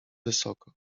wysoko